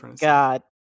God